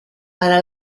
para